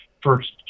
first